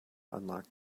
unlocked